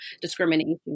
discrimination